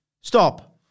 Stop